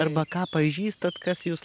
arba ką pažįstat kas jus